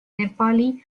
nepali